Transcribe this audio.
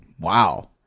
Wow